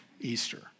Easter